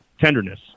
tenderness